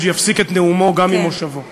את היית שרה בממשלה הזאת.